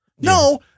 No